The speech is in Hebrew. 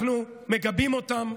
אנחנו מגבים אותם,